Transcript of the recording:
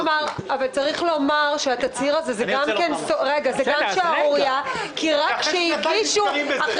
צריך לומר שהתצהיר הזה הוא גם שערורייה כי רק כשהגישו עתירה לבג"ץ